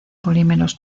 polímeros